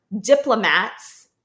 diplomats